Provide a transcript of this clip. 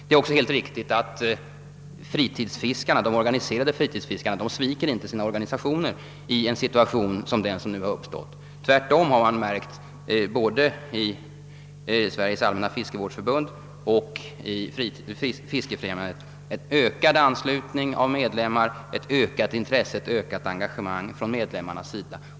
Det är också riktigt att de organiserade fritidsfiskarna inte sviker sina organisationer i en situation som den som nu har uppstått. Tvärtom har man både i Sveriges allmänna fiskevårdsförbund och i Fiskefrämjandet märkt en ökad anslutning och ett växande intresse och engagemang från medlemmarna.